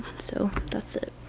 so that's it.